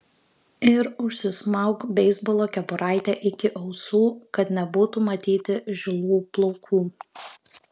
ir užsismauk beisbolo kepuraitę iki ausų kad nebūtų matyti žilų plaukų